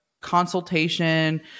consultation